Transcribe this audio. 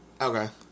Okay